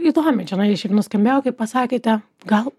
įdomiai čionai šiaip nuskambėjo kai pasakėte gal